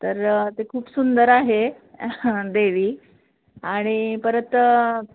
तर ते खूप सुंदर आहे देवी आणि परत